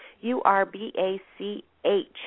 U-R-B-A-C-H